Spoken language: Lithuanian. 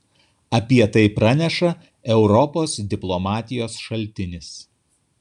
apie tai praneša europos diplomatijos šaltinis